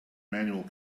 manual